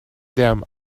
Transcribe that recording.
them